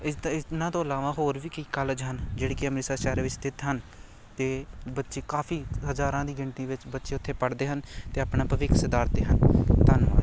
ਇਸ ਤ ਇਸ ਇਹਨਾਂ ਤੋਂ ਇਲਾਵਾ ਹੋਰ ਵੀ ਕਈ ਕਾਲਜ ਹਨ ਜਿਹੜੇ ਕਿ ਅੰਮ੍ਰਿਤਸਰ ਸ਼ਹਿਰ ਵਿੱਚ ਸਥਿਤ ਹਨ ਅਤੇ ਬੱਚੇ ਕਾਫੀ ਹਜ਼ਾਰਾਂ ਦੀ ਗਿਣਤੀ ਵਿੱਚ ਬੱਚੇ ਉੱਥੇ ਪੜ੍ਹਦੇ ਹਨ ਅਤੇ ਆਪਣਾ ਭਵਿੱਖ ਸੁਧਾਰਦੇ ਹਨ ਧੰਨਵਾਦ